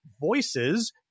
voices